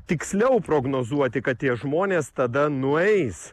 tiksliau prognozuoti kad tie žmonės tada nueis